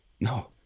no